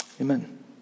amen